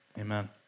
amen